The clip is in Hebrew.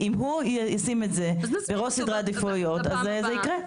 אם הוא ישים את זה בראש סדרי העדיפויות זה יקרה.